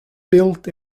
built